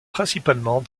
principalement